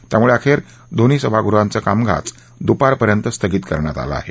त्यामुळे अखेर दोन्ही सभागृहाचं कामकाज दुपारपर्यंत स्थगित करण्यात आलं आहे